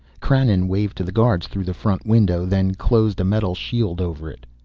krannon waved to the guards through the front window, then closed a metal shield over it.